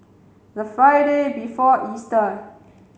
the Friday before Easter